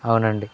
అవునండి